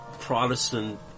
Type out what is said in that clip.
Protestant